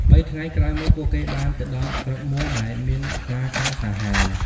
បីថ្ងៃក្រោយមក ពួកគេបានទៅដល់ស្រុកមួយដែលមានខ្លាកាចសាហាវ ។